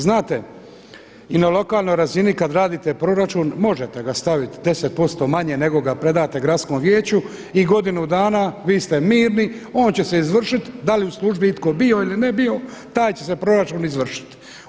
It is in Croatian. Znate, i na lokalnoj razini kad radite proračun možete ga staviti 10% manje nego ga predate gradskom vijeću i godinu dana vi ste mirni, on će se izvršit da li je u službi itko bio ili ne bio taj će se proračun izvršiti.